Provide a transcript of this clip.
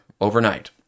overnight